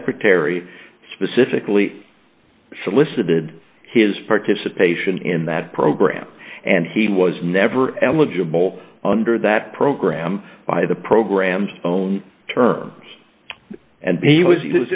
secretary specifically solicited his participation in that program and he was never eligible under that program by the program's own terms and he